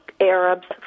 Arabs